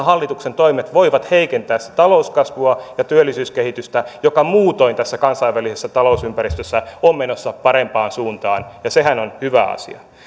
hallituksen toimet voivat heikentää talouskasvua ja työllisyyskehitystä jotka muutoin tässä kansainvälisessä talousympäristössä ovat menossa parempaan suuntaan ja sehän on hyvä asia